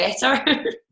better